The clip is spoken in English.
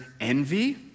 envy